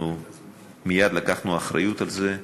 מייד לקחנו אחריות לזה,